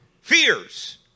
fears